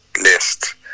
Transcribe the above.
list